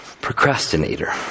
procrastinator